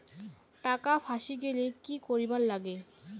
টাকা ফাঁসি গেলে কি করিবার লাগে?